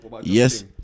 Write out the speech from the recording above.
Yes